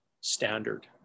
standard